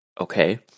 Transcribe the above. okay